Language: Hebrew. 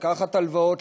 לקחת הלוואות,